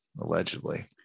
Allegedly